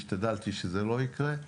השתדלתי שזה לא יקרה,